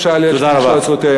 אפשר יהיה לשלול את זכויותיו.